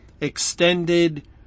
extended